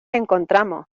encontramos